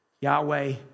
Yahweh